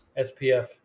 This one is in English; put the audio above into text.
spf